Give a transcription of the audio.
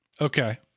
okay